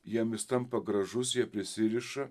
jiem jis tampa gražus jie prisiriša